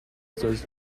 does